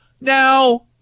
Now